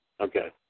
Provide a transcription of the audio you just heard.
Okay